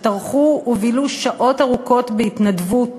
שטרחו ובילו שעות ארוכות בהתנדבות